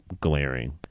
glaring